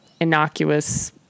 innocuous